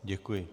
Děkuji.